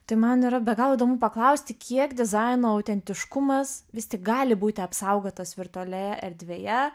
tai man yra be galo įdomu paklausti kiek dizaino autentiškumas vis tik gali būti apsaugotas virtualioje erdvėje